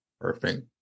Perfect